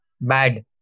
bad